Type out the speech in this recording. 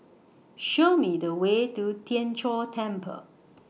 Show Me The Way to Tien Chor Temple